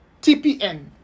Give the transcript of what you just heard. TPN